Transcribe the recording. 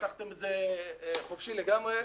פתחתם את זה חופשי לגמרי --- פתחנו,